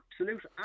absolute